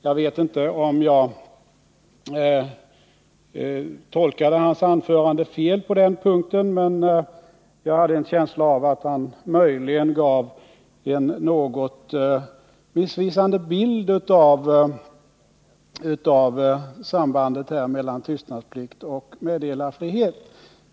Jag vet inte om jag tolkade hans anförande fel på den punkten, men jag hade en känsla av att han möjligen gav en något missvisande bild av sambandet mellan tystnadsplikt och meddelarfrihet.